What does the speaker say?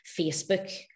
Facebook